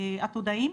עתודאים.